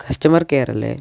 customer care അല്ലേ